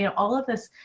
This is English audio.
yeah all of this.